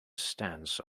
stance